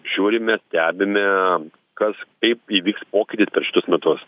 žiūrime stebime kas kaip įvyks pokytis per šitus metus